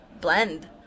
blend